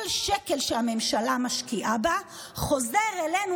כל שקל שהממשלה משקיעה בה חוזר אלינו,